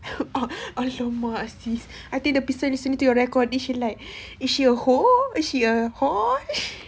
!alamak! sis I think the person listening to your recording she like is she a hoe is she a hoe